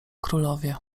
królowie